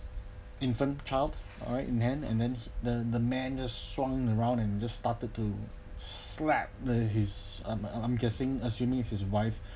infant child right in hand and then and then the man just swung around and just started to slap the his um I'm guessing assuming his wife